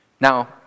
Now